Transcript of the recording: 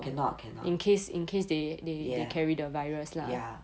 cannot cannot ya ya